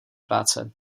práce